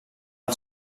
del